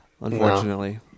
Unfortunately